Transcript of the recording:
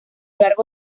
largo